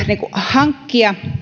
hankkia